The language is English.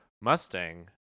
Mustang